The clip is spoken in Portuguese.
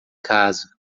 casa